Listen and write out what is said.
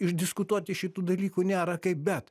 išdiskutuoti šitų dalykų nėra kaip bet